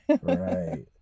Right